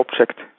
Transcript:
object